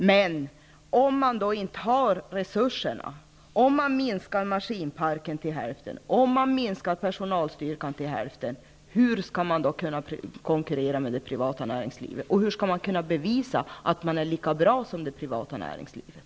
Men om det inte finns resurser -- om både maskinparken och personalstyrkan minskas till hälften -- hur kan man då konkurrera med det privata näringslivet? Och hur kan man då bevisa att verksamheten är lika bra som annan verksamhet inom det privata näringslivet?